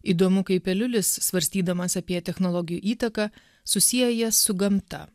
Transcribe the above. įdomu kaip eliulis svarstydamas apie technologijų įtaką susieja jas su gamta